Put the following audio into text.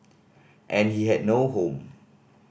and he had no home